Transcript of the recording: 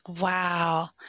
Wow